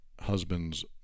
husband's